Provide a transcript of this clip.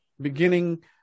beginning